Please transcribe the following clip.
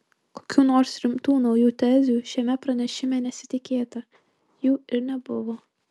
kokių nors rimtų naujų tezių šiame pranešime nesitikėta jų ir nebuvo